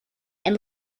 and